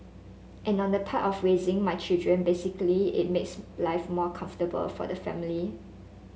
and on the part of raising my children basically it makes life more comfortable for the family